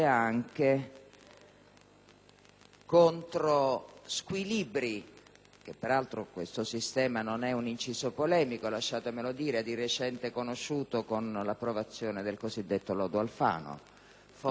contro squilibri che questo sistema (non è un inciso polemico, lasciatemelo dire) ha di recente conosciuto con l'approvazione del cosiddetto lodo Alfano, fonte peraltro neanche